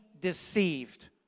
deceived